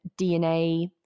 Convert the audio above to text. DNA